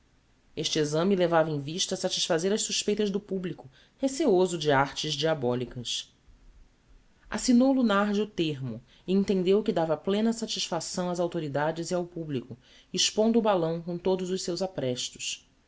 este exame levava em vista satisfazer as suspeitas do publico receoso de artes diabolicas assignou lunardi o termo e entendeu que dava plena satisfação ás authoridades e ao publico expondo o balão com todos os seus aprestos